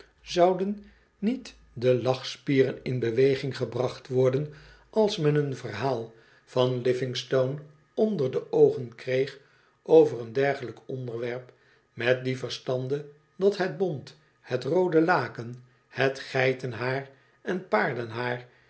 zouden niet de lachspieren in bewoging gebracht worden als men een verhaal van livingstone onder de oogen kreeg over een dergelijk onderwerp met dien verstande dat het bont het roode laken het geitenhaar en paardonhaar